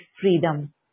freedom